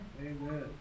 Amen